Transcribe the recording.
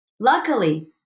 luckily